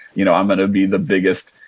you know i'm going to be the biggest,